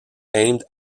aimed